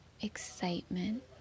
excitement